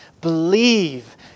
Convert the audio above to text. Believe